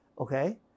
okay